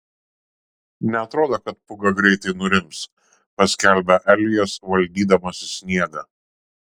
neatrodo kad pūga greitai nurims paskelbia elijas valdydamasis sniegą